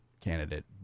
candidate